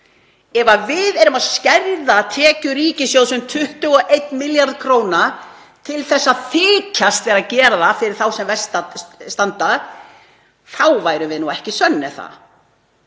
Ef við erum að skerða tekjur ríkissjóðs um 21 milljarð kr. til að þykjast vera að gera það fyrir þá sem verst standa, þá værum við ekki sönn, er